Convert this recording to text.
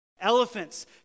Elephants